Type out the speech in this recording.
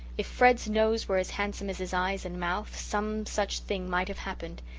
if fred's nose were as handsome as his eyes and mouth some such thing might have happened.